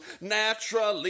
naturally